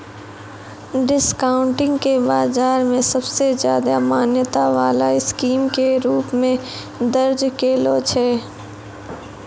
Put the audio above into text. discounting के बाजार मे सबसे ज्यादा मान्यता वाला स्कीम के रूप मे दर्ज कैलो छै